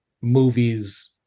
movies